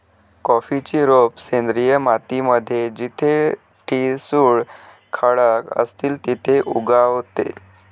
कॉफीची रोप सेंद्रिय माती मध्ये जिथे ठिसूळ खडक असतील तिथे उगवावे